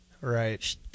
Right